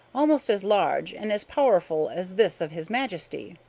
almost as large and as powerful as this of his majesty.